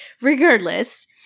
regardless